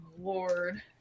Lord